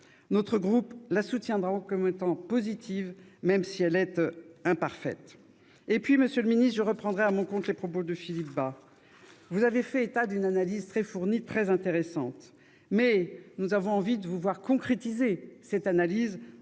Républicain la soutiendra : elle est positive, même si elle est imparfaite. Monsieur le garde des sceaux, je reprendrai à mon compte les propos de Philippe Bas. Vous avez fait état d'une analyse très fournie et intéressante, mais nous avons envie de vous voir concrétiser cette analyse